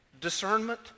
discernment